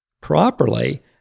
properly